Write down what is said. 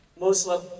Muslim